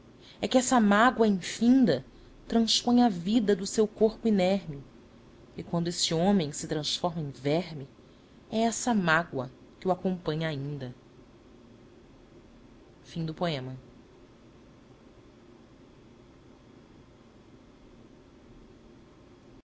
é que essa mágoa infinda transpõe a vida do seu corpo inerme e quando esse homem se transforma em verme é essa mágoa que o acompanha ainda